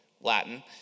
Latin